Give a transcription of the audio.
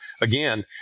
again